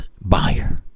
buyer